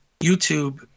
YouTube